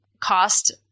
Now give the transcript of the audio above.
cost